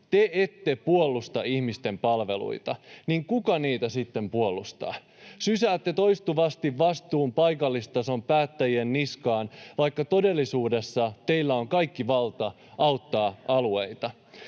te ette puolusta ihmisten palveluita, niin kuka niitä sitten puolustaa? Sysäätte toistuvasti vastuun paikallistason päättäjien niskaan, vaikka todellisuudessa teillä on kaikki valta auttaa alueita.